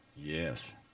Yes